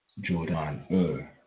Jordan